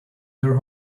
their